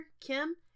Kim